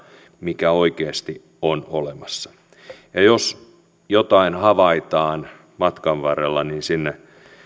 mikä oikeasti on olemassa jos jotain havaitaan matkan varrella niin